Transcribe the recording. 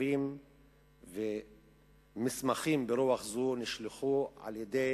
מכתבים ומסמכים ברוח זו נשלחו על-ידי